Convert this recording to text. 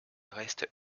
reste